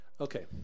Okay